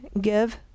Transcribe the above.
give